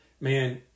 man